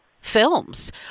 films